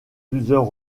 plusieurs